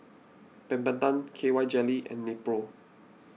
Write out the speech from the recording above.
Peptamen K Y Jelly and Nepro